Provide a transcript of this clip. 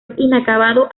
inacabado